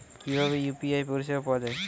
কিভাবে ইউ.পি.আই পরিসেবা পাওয়া য়ায়?